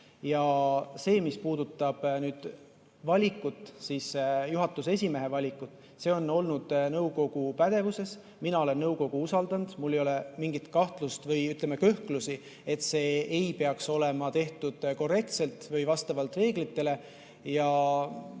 Ja see, mis puudutab juhatuse esimehe valikut, on olnud nõukogu pädevuses. Mina olen nõukogu usaldanud, mul ei ole mingit kahtlust või, ütleme, kõhklusi, et see ei oleks tehtud korrektselt vastavalt reeglitele.